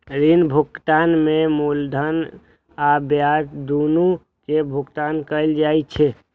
ऋण भुगतान में मूलधन आ ब्याज, दुनू के भुगतान कैल जाइ छै